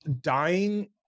dying